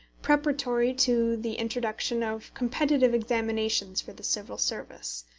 preparatory to the introduction of competitive examinations for the civil service.